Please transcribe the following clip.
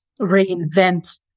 reinvent